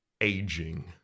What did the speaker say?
aging